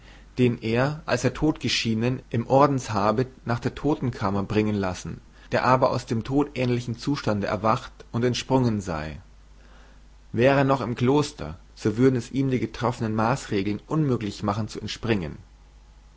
den er als er tot geschienen im ordenshabit nach der totenkammer bringen lassen der aber aus dem todähnlichen zustande erwacht und entsprungen sei wäre er noch im kloster so würden es ihm die getroffenen maßregeln unmöglich machen zu entspringen